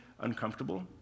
uncomfortable